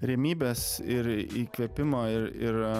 remybės ir įkvėpimo ir ir